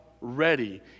ready